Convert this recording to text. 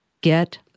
Get